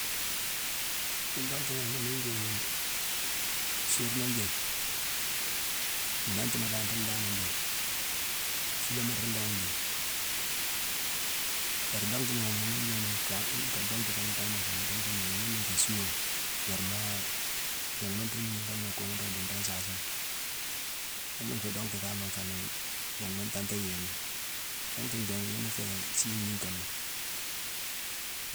Mine donghtuma gnanghma mine ni njéyeni: suurma njéye, nnantima dan rune dan njéye, fuulama rune dan yéye. Bari donghtuma gnanghma mine njéye ni-nkan-n-nka donghtu kan kamma nfé ni donghtu gnoju, ghuna nfé suuama, yérmaa, yinghma nruu niigooma ikuumune roog ni di nroo nsaasoma. Ghuna nfé donghtu kaama nfé nii gnanghma ntanta yéye ni. Donghtu ndhééghune, yune ni nfé sii mmhingh kama lé.